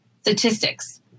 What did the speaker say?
statistics